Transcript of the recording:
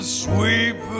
sweep